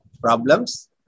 problems